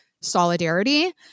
solidarity